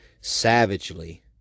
savagely